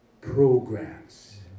programs